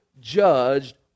judged